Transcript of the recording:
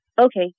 Okay